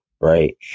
right